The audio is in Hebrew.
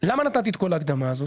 למה נתתי את כל ההקדמה הזאת?